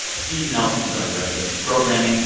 steve nelson is our director of programming.